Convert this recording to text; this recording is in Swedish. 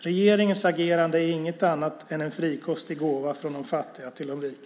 Regeringens agerande är inget annat än en frikostig gåva från de fattiga till de rika.